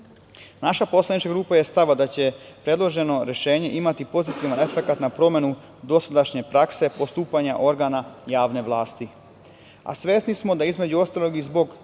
poslanička grupa je stava da će predloženo rešenje imati pozitivan efekat na promenu dosadašnje prakse postupanja organa javne vlasti, a svesni smo da, između ostalo, i zbog